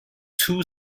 two